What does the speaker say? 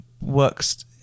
works